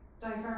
Diverse